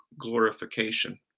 glorification